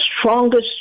strongest